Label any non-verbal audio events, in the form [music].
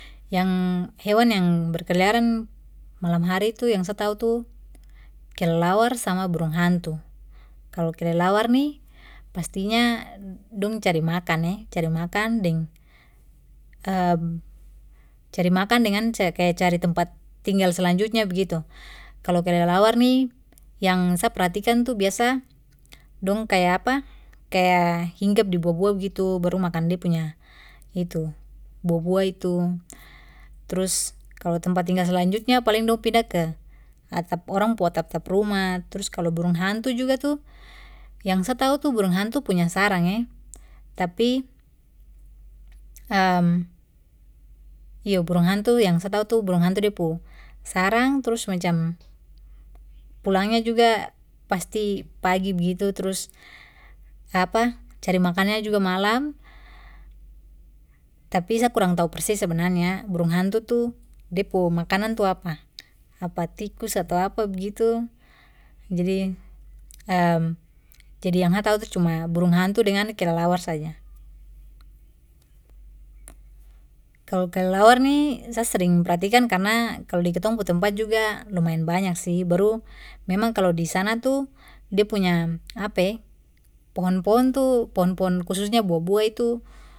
Yang, hewan yang berkeliaran malam hari tu, yang saya tahu tu kelelawar sama burung hantu. Kalo kelelawar ni pastinya dong cari makan e, cari makan deng [hesitation] cari makan dengan kayak cari tempat tinggal selanjutnya begitu. Kalau kelelawar ni, yang sa perhatikan tu biasa dong kaya [hesitation] kaya hinggap di bua-bua begitu baru makan da punya [hesitation] bua-bua itu. Trus kalo tempat tinggal selanjutnya paling dong pindah ke atap, orang pu atap-atap ruma. Trus kalo burung hantu juga tu, yang sa tau tu burung hantu punya sarang e, tapi, [hesitation] iyo, burung hantu yang sa tau tu burung hantu de pu sarang trus macam pulangnya juga pasti pagi begitu, trus [hesitation] cari makannya juga malam. Tapi sa kurang tahu persis sebenarnya burung hantu tuh de pu makanan tu apa, apa tikus atau apa begitu. Jadi [hesitation] jadi yang sa tahu itu cuma burung hantu dengan kelelawar saja. Kalau kelelawar ni sa sering pratikan karena kalo di ketong pu tempat juga lumayan banyak sih. Baru memang kalau di sana tu de punya [hesitation] pohon-pohon tu pohon-pohon, khususnya bua-bua itu.